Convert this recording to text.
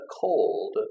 cold